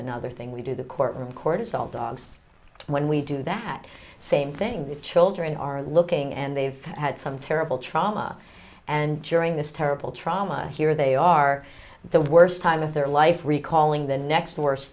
another thing we do the court records old dogs when we do that same thing the children are looking and they've had some terrible trauma and joining this terrible trauma here they are the worst time of their life recalling the next worst